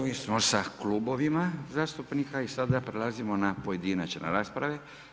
Gotovi smo sa klubovima zastupnika i sada prelazimo na pojedinačne rasprave.